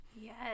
Yes